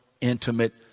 intimate